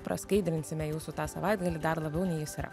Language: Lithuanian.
praskaidrinsime jūsų tą savaitgalį dar labiau nei jis yra